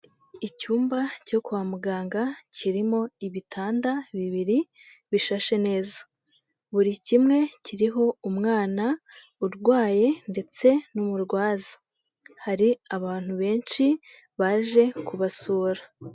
Icyumba cyo kwa muganga kirimo ibitanda bibiri bishashe neza, buri kimwe kiriho umwana urwaye ndetse n'umurwaza, hari abantu benshi baje kubasura.